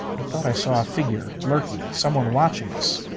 i thought i saw a figure lurking. someone watching us.